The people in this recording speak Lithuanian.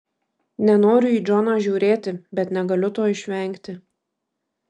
nenoriu į džoną žiūrėti bet negaliu to išvengti